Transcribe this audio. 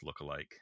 lookalike